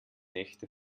nächte